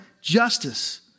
justice